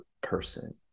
person